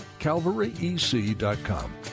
calvaryec.com